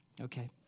Okay